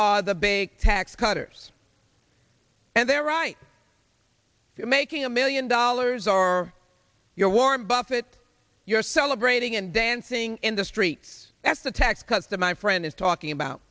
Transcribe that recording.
are the big tax cutters and their right to making a million dollars or your warren buffett you're celebrating and dancing in the streets as the tax cuts that my friend is talking about